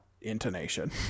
intonation